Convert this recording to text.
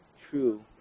true